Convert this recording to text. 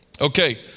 Okay